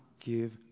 give